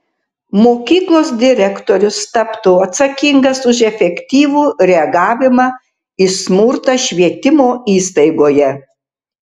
mokyklos direktorius taptų atsakingas už efektyvų reagavimą į smurtą švietimo įstaigoje